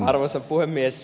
arvoisa puhemies